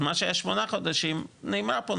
אז מה שהיה שמונה חודשים נגמר פה,